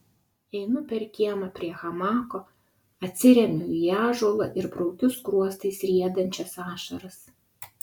einu per kiemą prie hamako atsiremiu į ąžuolą ir braukiu skruostais riedančias ašaras